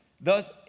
Thus